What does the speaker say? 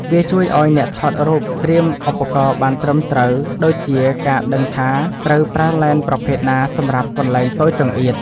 វាជួយឱ្យអ្នកថតរូបត្រៀមឧបករណ៍បានត្រឹមត្រូវ ដូចជាការដឹងថាត្រូវប្រើឡេនប្រភេទណាសម្រាប់កន្លែងតូចចង្អៀត។